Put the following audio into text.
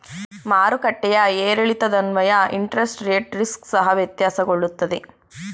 ಮಾರುಕಟ್ಟೆಯ ಏರಿಳಿತದನ್ವಯ interest rate risk ಸಹ ವ್ಯತ್ಯಾಸಗೊಳ್ಳುತ್ತದೆ